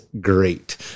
great